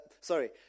Sorry